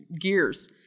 gears